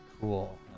Cool